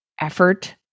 effort